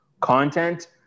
content